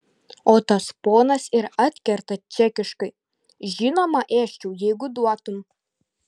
o tas ponas ir atkerta čekiškai žinoma ėsčiau jeigu duotum